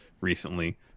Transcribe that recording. recently